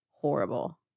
horrible